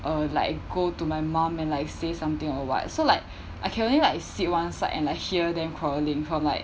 uh like I go to my mom and like say something or what so like I can only like sit one side and like hear them quarreling from like